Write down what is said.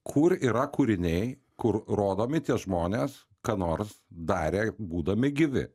kur yra kūriniai kur rodomi tie žmonės ką nors darę būdami gyvi